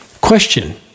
Question